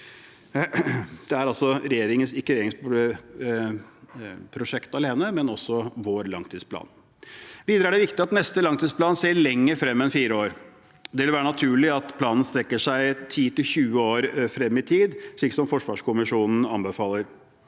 til regjeringen alene; det er også vår langtidsplan. Videre er det viktig at neste langtidsplan ser lenger frem enn fire år. Det vil være naturlig at planen strekker seg 10–20 år frem i tid, slik forsvarskommisjonen anbefaler.